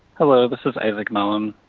hello, this is isaac malone.